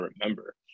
remember